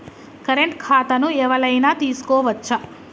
Current ఖాతాను ఎవలైనా తీసుకోవచ్చా?